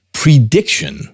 prediction